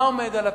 מה עומד על הפרק?